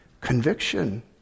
Conviction